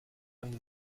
under